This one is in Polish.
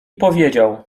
powiedział